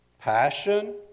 passion